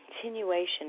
continuation